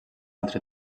altre